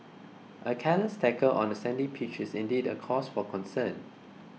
a careless tackle on a sandy pitch is indeed a cause for concern